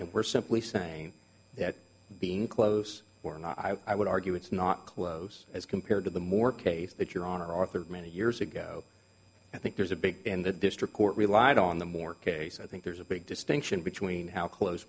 and we're simply saying that being close or not i would argue it's not close as compared to the more case that you're arthur many years ago i think there's a big in the district court relied on the more cases i think there's a big distinction between how close